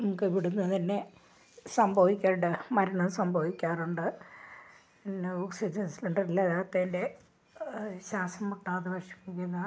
നമുക്ക് ഇവിടുന്ന് തന്നെ സംഭവിക്കേണ്ട മരണം സംഭവിക്കാറുണ്ട് പിന്നെ ഓക്സിജൻ സിലിണ്ടർ ഇല്ലാത്തതിൻ്റെ ശ്വാസം മുട്ടാതെ വിഷമിക്കുന്ന